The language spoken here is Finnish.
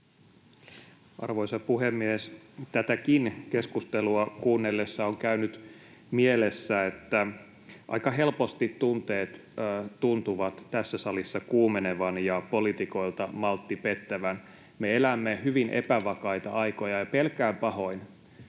Arvoisa puhemies! Tätäkin keskustelua kuunnellessa on käynyt mielessä, että aika helposti tunteet tuntuvat tässä salissa kuumenevan ja poliitikoilta maltti pettävän. Me elämme hyvin epävakaita aikoja, ja pelkään pahoin,